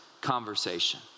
conversation